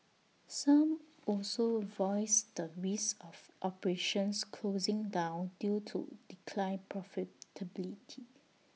some also voiced the risk of operations closing down due to declined profitability